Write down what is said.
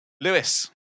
Lewis